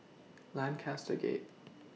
Lancaster Gate